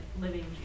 living